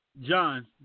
John